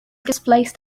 displaced